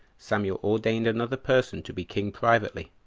samuel ordained another person to be king privately,